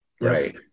Right